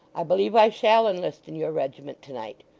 i believe i shall enlist in your regiment to-night.